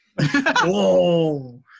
Whoa